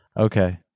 Okay